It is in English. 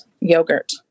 yogurt